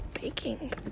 baking